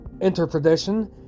interpretation